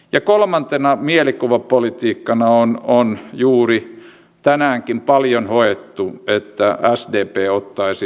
ja kolmantena mielikuvapolitiikkana on juuri tänäänkin se paljon hoettu että sdp ottaisi vähemmän velkaa